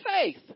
faith